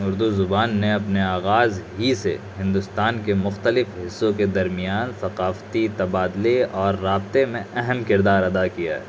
اردو زبان نے اپنے آغاز ہی سے ہندوستان کے مختلف حصوں کے درمیان ثقافتی تبادلے اور رابطے میں اہم کردار ادا کیا ہے